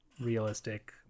realistic